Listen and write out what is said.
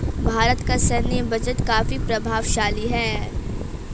भारत का सैन्य बजट काफी प्रभावशाली है